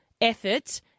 effort